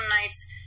nights